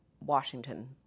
washington